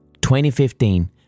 2015